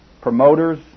promoters